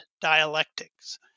dialectics